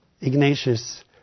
Ignatius